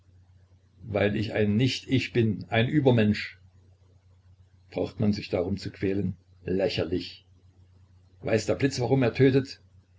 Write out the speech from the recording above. weil ich ein nicht ich bin ein übermensch braucht man sich darum zu quälen lächerlich weiß der blitz warum er tötet